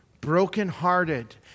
brokenhearted